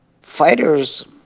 fighters